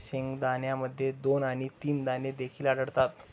शेंगदाण्यामध्ये दोन आणि तीन दाणे देखील आढळतात